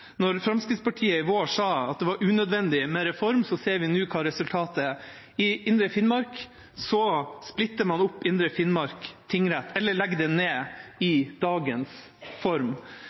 Fremskrittspartiet i vår sa at det var unødvendig med reform, ser vi nå resultatet. I Indre Finnmark splitter man opp Indre Finnmark tingrett – eller legger den ned i dagens form.